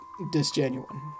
disgenuine